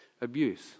abuse